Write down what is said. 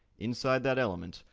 inside that element,